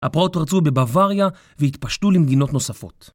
הפרעות פרצו בבוואריה והתפשטו למדינות נוספות.